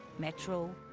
metro.